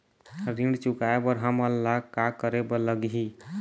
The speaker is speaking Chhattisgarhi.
ऋण चुकाए बर हमन ला का करे बर लगही?